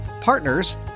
partners